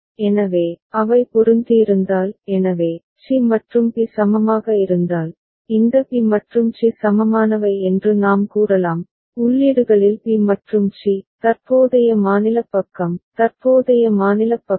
எனவே அவை பொருந்தியிருந்தால் எனவே சி மற்றும் பி சமமாக இருந்தால் இந்த பி மற்றும் சி சமமானவை என்று நாம் கூறலாம் உள்ளீடுகளில் பி மற்றும் சி தற்போதைய மாநிலப் பக்கம் தற்போதைய மாநிலப் பக்கம்